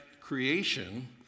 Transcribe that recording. creation